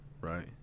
right